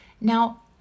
Now